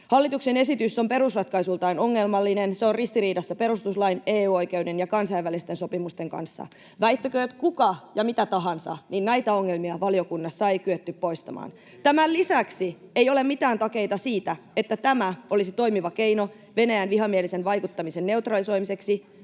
Hallituksen esitys on perusratkaisultaan ongelmallinen. Se on ristiriidassa perustuslain, EU-oikeuden ja kansainvälisten sopimusten kanssa. Väittäköön kuka ja mitä tahansa, niin näitä ongelmia valiokunnassa ei kyetty poistamaan. Tämän lisäksi ei ole mitään takeita siitä, että tämä olisi toimiva keino Venäjän vihamielisen vaikuttamisen neutralisoimiseksi,